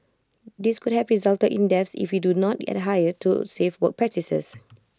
these could have resulted in deaths if we do not adhere to safe work practices